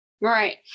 Right